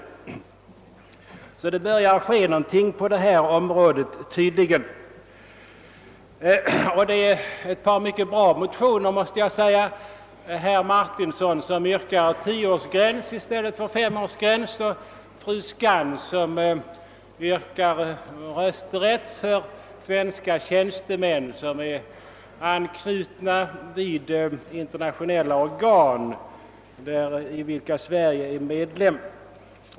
Tydligen börjar det hända någonting på detta område. De socialdemokratiska motionerna är också mycket välmotiverade. Herr Martinsson yrkar i sin motion införande av en tioårsgräns i stället för en gräns vid fem år, och fru Skantz yrkar rösträtt för svenska tjänstemän som är knutna till internationella organisationer, där Sverige är medlem.